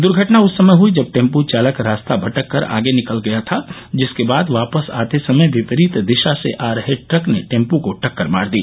दूर्घटना उस समय हयी जब टेंपो चालक रास्ता भटक कर आगे निकल गया था जिसके बाद वापस आते समय विपरीत दिशा से आ रहे ट्रक ने टॅपो को टक्कर मार दी